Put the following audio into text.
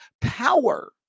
power